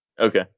Okay